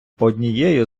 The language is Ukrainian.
однією